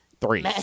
three